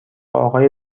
آقای